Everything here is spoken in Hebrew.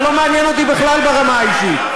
אתה לא מעניין אותי בכלל ברמה האישית.